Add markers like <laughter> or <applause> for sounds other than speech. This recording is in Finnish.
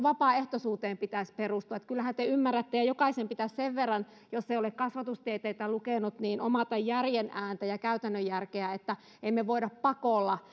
<unintelligible> vapaaehtoisuuteen pitäisi perustua kyllähän te ymmärrätte ja jokaisen pitäisi sen verran jos ei ole kasvatustieteitä lukenut omata järjen ääntä ja käytännön järkeä että emme me voi pakolla <unintelligible>